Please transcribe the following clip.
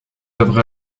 œuvres